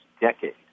decade